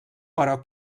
però